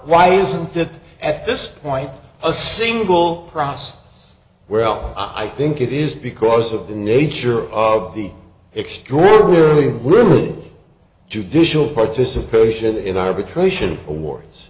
why isn't it at this point a single process well i think it is because of the nature of the extraordinary judicial participation in arbitration awards